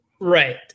Right